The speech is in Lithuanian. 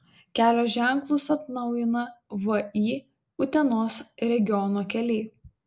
kelio ženklus atnaujina vį utenos regiono keliai